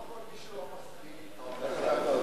לא כל מי שלא מסכים אתך הוא אויב,